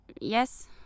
Yes